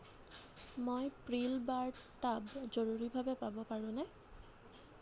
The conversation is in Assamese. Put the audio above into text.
মই প্ৰিল বাৰ টাব জৰুৰীভাৱে পাব পাৰোঁনে